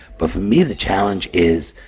but for me the challenge is,